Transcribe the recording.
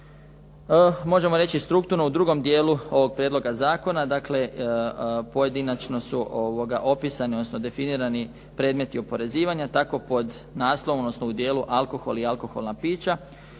Možemo reći strukturno u drugom dijelu ovog prijedloga zakona, dakle pojedinačno su opisani odnosno definirani predmeti oporezivanja. Tako pod naslovom odnosno u dijelu Alkohol i alkoholna pića